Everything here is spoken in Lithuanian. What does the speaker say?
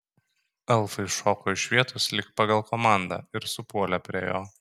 elfai šoko iš vietos lyg pagal komandą ir supuolė prie jo